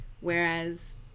Whereas